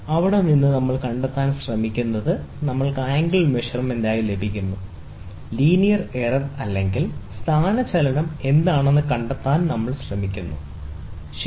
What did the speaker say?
അവിടെ നിന്ന് നമ്മൾ കണ്ടെത്താൻ ശ്രമിക്കുന്നു നമ്മൾക്ക് ആംഗിൾ മെഷർമെന്റ് ലഭിക്കുന്നു കോണിൽ നിന്ന് ലീനിയർ എറർ അല്ലെങ്കിൽ സ്ഥാനചലനം എന്താണെന്ന് കണ്ടെത്താൻ നമ്മൾ ശ്രമിക്കുന്നു ശരി